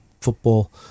football